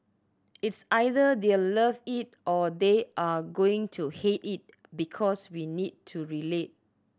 it's either they'll love it or they are going to hate it because we need to relate